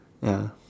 ya